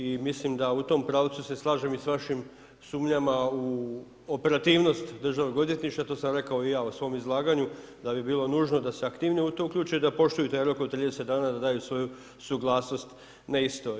I mislim da u tom pravcu se slažem sa vašim sumnjama u operativnost Državnog odvjetništva, to sam rekao i ja u svom izlaganju, da bi bilo nužno da se aktivnije u to uključe i da poštuju taj rok od 30 dana da daju svoju suglasnost na isto.